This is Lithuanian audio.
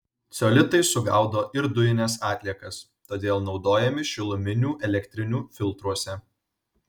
ceolitai sugaudo ir dujines atliekas todėl naudojami šiluminių elektrinių filtruose